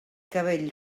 cabell